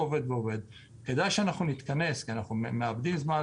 כדאי שנתכנס, אנחנו מאבדים זמן.